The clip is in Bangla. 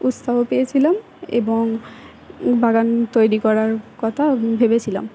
উৎসাহ পেয়েছিলাম এবং বাগান তৈরি করার কথা ভেবেছিলাম